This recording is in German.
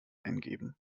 eingeben